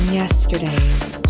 yesterday's